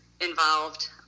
involved